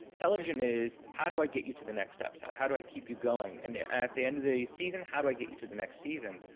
television is how do i get you to the next episode? how do i keep you going? and at the end of the season, how do i get you to the next season?